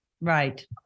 right